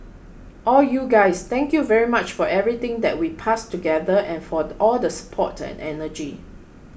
all you guys thank you very much for everything that we passed together and for the all the support and energy